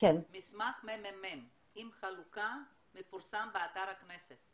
מסמך הממ"מ עם החלוקה מפורסם באתר הכנסת,